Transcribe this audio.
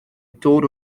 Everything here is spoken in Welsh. dod